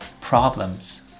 problems